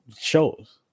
shows